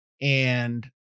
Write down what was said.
And-